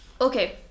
Okay